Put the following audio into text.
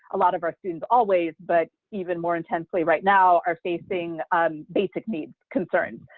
a lot of our students always, but even more intensely right now, are facing basic needs concerns.